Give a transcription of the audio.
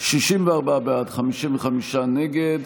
55 נגד,